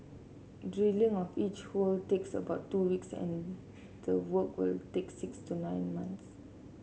drilling of each hole takes about two weeks and the work will take six to nine months